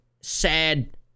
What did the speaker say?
sad